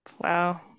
Wow